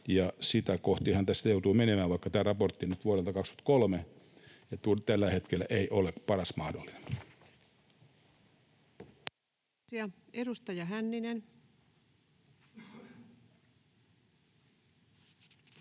sitä kohtihan tässä joutuu menemään, vaikka tämä raportti nyt vuodelta 23 tällä hetkellä ei ole paras mahdollinen.